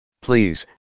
Please